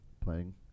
playing